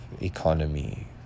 economy